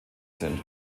sind